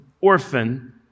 orphan